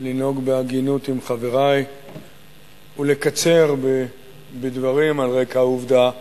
לנהוג בהגינות עם חברי ולקצר בדברים על רקע העובדה שאת,